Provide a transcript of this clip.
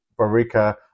Barica